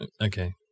Okay